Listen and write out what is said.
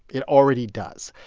it already does.